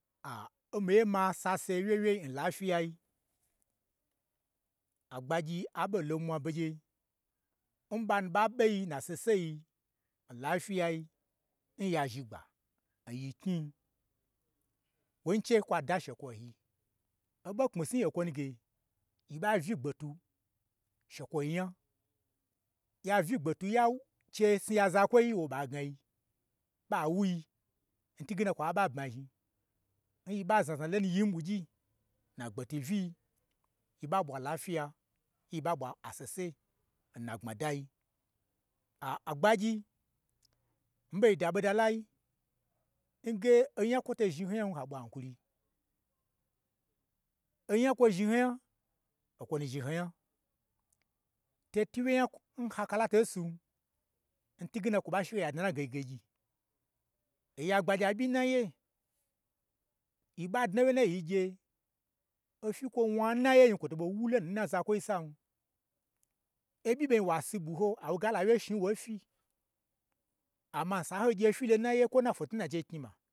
Aaa n miye ma sase wye wyei n lafyiyai, agbagyi aɓo lo lon mwa begye n ɓa nu ɓa ɓe yi n na sese yi, na lafyila yi n ya shigba nyi knyii, kwon che kwa da shekwo yi. Oɓo kpmisniyi okwo ni ge, yi ɓauyi gbetwu, she kwo yi nya, ya uyi gbetweu nyawu nya chesni ya zakwoi yi wo ɓai gnayi, ɓa wuyi ntwuge na kwaɓa bmazhni, nyi ɓa znazna lonu n yin ɓwugyi, n na gbetwu uyii, yi ɓa ɓwa lafyiya, yi ɓa ɓwa asese n na gbma dai. Aaa, a gbagyi, mii ɓeida ɓoda lai, nge onya n kwo to zhni ho nya, ha ɓwa hankuri, onya n kwo zhni to nya okwonu zhni ho nya, to twu wye nya n kwon ha kala toi sin, n twuge na kwo ɓa she ho ya dna n na gei gegyi, oya gbagya ɓyi naye, yi ɓa dna wye n naye yigye ofyi n kwo wna n naye nyi, kwo to ɓo wulo nu n na za kwoi san, oɓyi ɓei wasi ɓwu ho ha woge ala wye shni won fyi, amma she ho gye fyi lon naye, kwo n na photo n na chei knyima